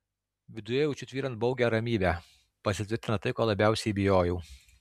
viduje jaučiu tvyrant baugią ramybę pasitvirtina tai ko labiausiai bijojau